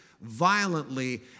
violently